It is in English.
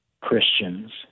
Christians